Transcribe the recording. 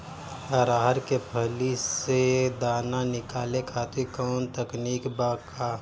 अरहर के फली से दाना निकाले खातिर कवन तकनीक बा का?